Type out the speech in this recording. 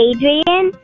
Adrian